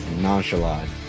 nonchalant